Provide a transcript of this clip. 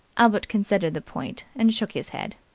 albert considered the point, and shook his head.